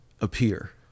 appear